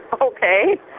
Okay